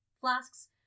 flasks